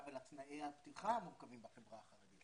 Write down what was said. ולתנאי הפתיחה המורכבים בחברה החרדית.